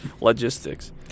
logistics